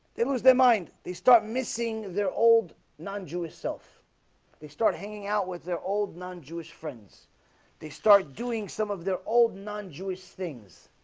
there was their mind they start missing their old non-jewish self they started hanging out with their old non-jewish friends they start doing some of their old non-jewish things.